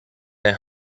and